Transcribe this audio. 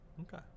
okay